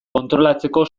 kontrolatzeko